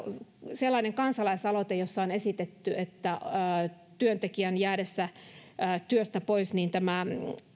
sellainen kansalaisaloite jossa on esitetty että työntekijän jäädessä työstä pois tämä